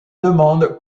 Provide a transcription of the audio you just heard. demande